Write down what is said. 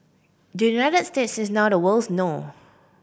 the United States is now the world's no